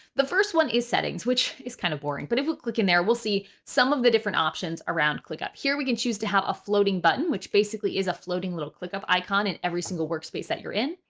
the first one is settings, which is kind of boring, but if we click in there, we'll see some of the different options around clickup here. we can choose to have a floating button, which basically is a floating little clickup icon in every single workspace that you're in.